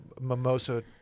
mimosa